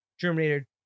Terminator